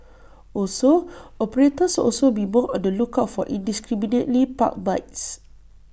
also operators also be more on the lookout for indiscriminately parked bikes